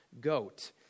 goat